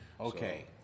Okay